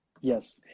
Yes